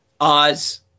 Oz